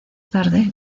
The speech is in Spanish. tarde